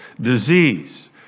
disease